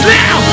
now